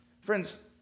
Friends